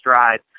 stride